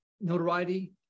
notoriety